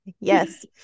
yes